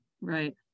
right